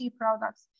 products